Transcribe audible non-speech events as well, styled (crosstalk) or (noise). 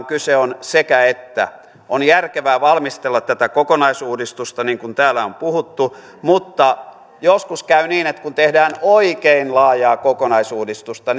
(unintelligible) kyse on sekä että on järkevää valmistella tätä kokonaisuudistusta niin kuin täällä on puhuttu mutta joskus käy niin että kun tehdään oikein laajaa kokonaisuudistusta (unintelligible)